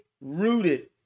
rooted